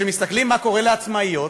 כשמסתכלים מה קורה לעצמאיות,